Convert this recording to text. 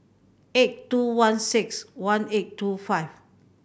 eight two one six one eight two five